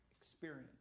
experience